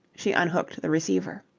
she unhooked the receiver.